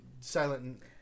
Silent